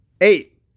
Eight